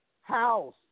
house